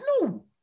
no